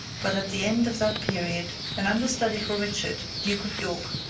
but at the end of that period an understudy for richard, duke of york,